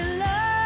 love